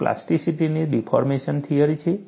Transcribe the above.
એક પ્લાસ્ટિસિટીની deformation theory છે